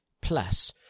plus